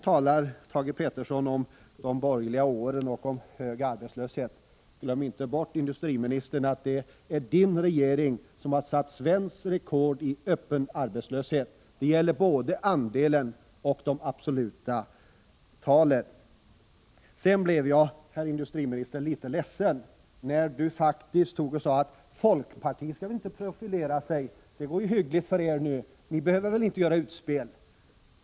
Thage Peterson talade om de borgerliga åren och om hög arbetslöshet. Glöm inte bort, industriministern, att det är industriministerns regering som har satt svenskt rekord i öppen arbetslöshet — det gäller både andelen och de absoluta talen. Jag blev, herr industriminister, litet ledsen när industriministern sade att folkpartiet inte behövde profilera sig eftersom det går hyggligt för oss nu; vi skulle inte behöva göra några utspel.